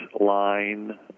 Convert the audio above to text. line